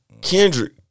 Kendrick